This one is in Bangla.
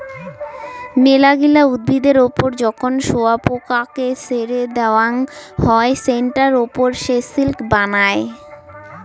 মেলাগিলা উদ্ভিদের ওপর যখন শুয়োপোকাকে ছেড়ে দেওয়াঙ হই সেটার ওপর সে সিল্ক বানায়